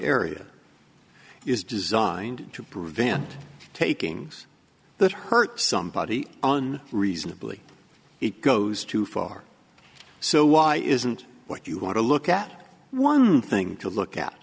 area is designed to prevent taking that hurt somebody on reasonably it goes too far so why isn't what you want to look at one thing to look at